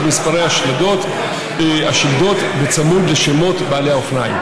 מספרי השלדות בצמוד לשמות בעלי האופניים.